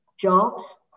jobs